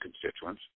constituents